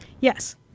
Yes